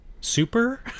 super